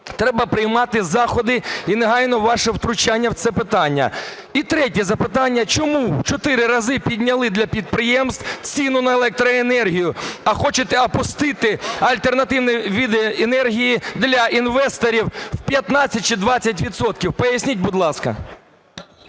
Треба приймати заходи і негайно ваше втручання в це питання. І третє питання. Чому в 4 рази підняли для підприємств ціну на електроенергію, а хочете опустити альтернативні види енергії для інвесторів в 15 чи 20 відсотків. Поясніть, будь ласка.